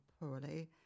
poorly